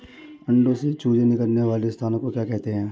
अंडों से चूजे निकलने वाले स्थान को क्या कहते हैं?